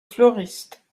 fleuristes